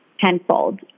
tenfold